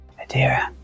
Adira